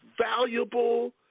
valuable